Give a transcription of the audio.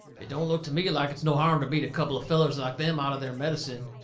it don't look to me like it's no harm to beat a couple of fellers like them out of their medicine.